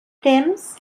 temps